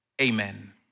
Amen